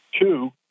Two